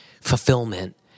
fulfillment